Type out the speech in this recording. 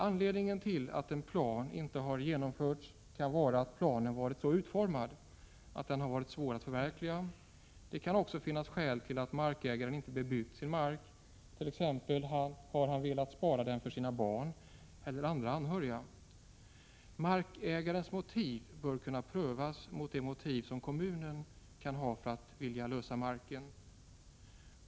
Anledningen till att en plan inte har genomförts kan vara att planen varit så utformad att den har varit svår att förverkliga. Det kan också finnas skäl till att markägaren inte bebyggt sin mark, t.ex. att han velat spara den för sina barn eller andra anhöriga. Markägarens motiv bör kunna prövas mot de motiv som kommunen kan ha för att vilja lösa in marken.